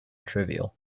trivial